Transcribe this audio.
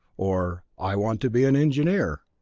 or i want to be an engineer,